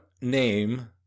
name